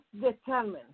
determined